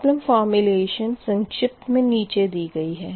problem formulation संक्षिप्त मे नीचे दी गई है